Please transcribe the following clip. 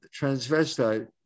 transvestite